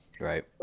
Right